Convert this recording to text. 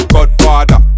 Godfather